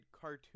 cartoon